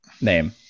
name